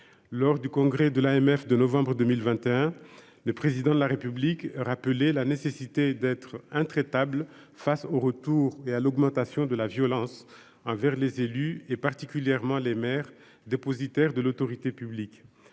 lors du congrès de l'AMF de novembre 2021, le président de la République, rappeler la nécessité d'être intraitable face au retour et à l'augmentation de la violence envers les élus et particulièrement les mères dépositaires de l'autorité publique,